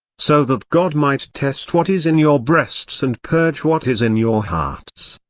so that god might test what is in your breasts and purge what is in your hearts.